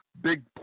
big